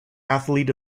athlete